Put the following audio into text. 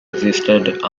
existed